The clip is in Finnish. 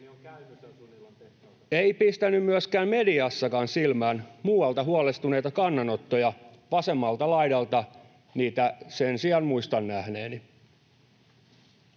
Ei pistänyt myöskään mediassa silmään huolestuneita kannanottoja muualta. Vasemmalta laidalta niitä sen sijaan muistan nähneeni.